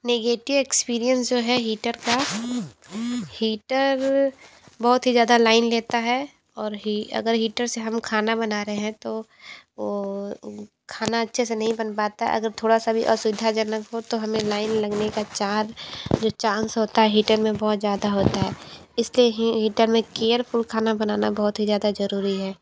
negative experience जो है heater का हिटर बहुत ही ज़्यादा लायन लेता है और ही अगर हिटर से हम खाना बना रहे हैं तो खाना अच्छे से नहीं बन पाता अगर थोड़ा सा भी असुविधाजनक हो तो हमें लायन लगने का चार जो चान्स होता है हीटर में बहुत ज़्यादा होता है इस लिए हिटर में केरफूल खाना बनाना बहुत ही ज़्यादा ज़रूरी है